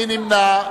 מי נמנע?